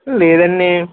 లేదండీ